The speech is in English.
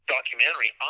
documentary